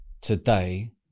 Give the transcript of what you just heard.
today